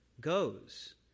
goes